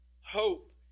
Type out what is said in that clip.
hope